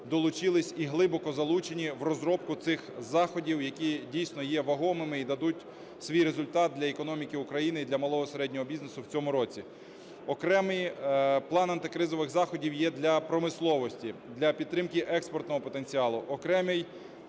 долучились і глибоко залучені в розробку цих заходів, які дійсно є вагомими і дадуть свій результат для економіки України і для малого, середнього бізнесу в цьому році. Окремий план антикризових заходів є для промисловості, для підтримки експортного потенціалу. Окремий